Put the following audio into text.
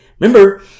remember